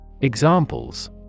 Examples